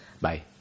Bye